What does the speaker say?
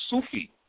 Sufi